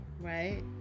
right